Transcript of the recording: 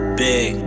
big